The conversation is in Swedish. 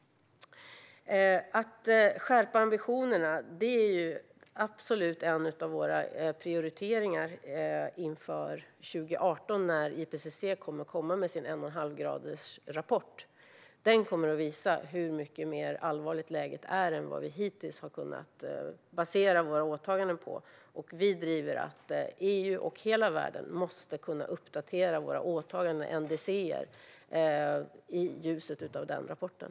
Att skärpa ambitionerna är absolut en av våra prioriteringar inför 2018, då IPCC kommer att komma med sin en-och-en-halv-gradsrapport. Den kommer att visa hur mycket allvarligare läget är än vad vi hittills har kunnat basera våra åtaganden på. Vi driver att EU och hela världen måste kunna uppdatera sina åtaganden - NDC:er - i ljuset av den rapporten.